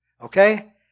Okay